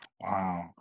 wow